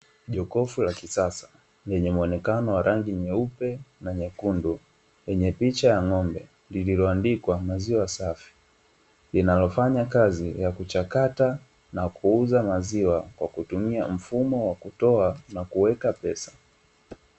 Jokofu la kisasa lenye mwonekano wa rangi nyeupe na nyekundu lenye picha ya ng’ombe lililo andikwa maziwa safi, linalo fanya kazi ya kuchakata na kuuza maziwa kwa kutumia mfumo wa kutoa na kuweka pesa.